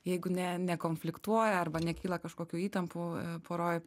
jeigu ne nekonfliktuoja arba nekyla kažkokių įtampų poroj